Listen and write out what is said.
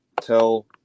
tell